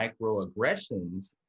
microaggressions